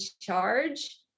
charge